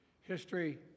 History